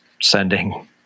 sending